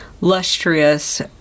lustrous